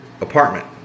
apartment